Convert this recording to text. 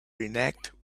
reenact